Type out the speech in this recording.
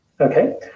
Okay